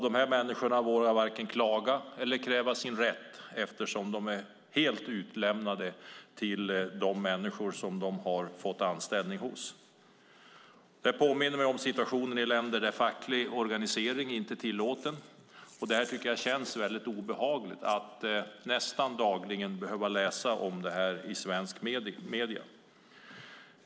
Dessa människor vågar varken klaga eller kräva sin rätt eftersom de är helt utlämnade till de arbetsgivare som de har fått anställning hos. Det här påminner om situationen i länder där facklig organisering inte är tillåten. Det känns obehagligt att nästan dagligen behöva läsa om detta i svenska medier.